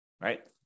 right